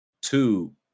Two